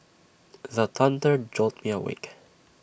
the thunder jolt me awake